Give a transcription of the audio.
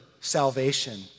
salvation